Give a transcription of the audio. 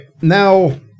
Now